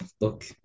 look